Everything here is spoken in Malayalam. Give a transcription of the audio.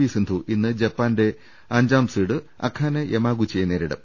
വി സിന്ധു ഇന്ന് ജപ്പാന്റെ അഞ്ചാം സീഡ് അകാനെ യമാഗുചിയെ നേരിടും